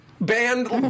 band